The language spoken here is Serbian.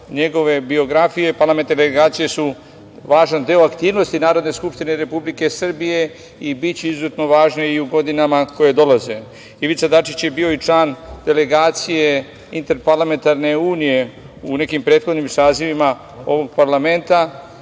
njegove biografije, parlamentarne delegacije su važan deo aktivnosti Narodne skupštine Republike Srbije i biće izuzetno važni i u godinama koje dolaze. Ivica Dačić je bio i član delegacije Interparlamentarne unije u nekim prethodnim sazivima ovog parlamenta